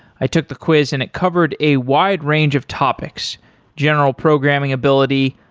i took the quiz and it covered a wide range of topics general programming ability,